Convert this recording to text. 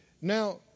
Now